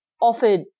offered